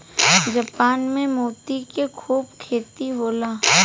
Japan में मोती के खूब खेती होला